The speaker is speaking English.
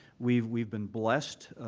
we've we've been blessed